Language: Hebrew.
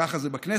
ככה זה בכנסת,